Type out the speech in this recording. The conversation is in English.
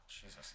jesus